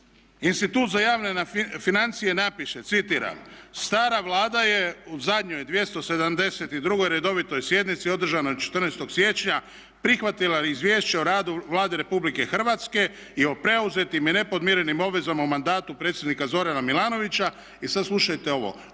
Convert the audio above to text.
Institut za javne financije napiše, citiram: "Stara Vlada je u zadnjoj 272 redovitoj sjednici održanoj 14. siječnja prihvatila Izvješće o radu Vlade RH i o preuzetim i nepodmirenim obvezama u mandatu predsjednika Zorana Milanovića", i sad slušajte ovo